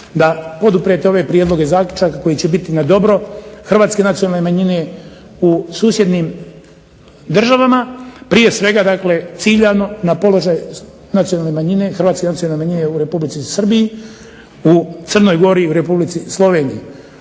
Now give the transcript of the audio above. da poduprete ove prijedloge zaključaka koji će biti na dobro Hrvatske nacionalne manjine u susjednim državama, prije svega ciljano na položaj hrvatske nacionalne manjine u Republici Srbiji, BiH, i Republici Sloveniji.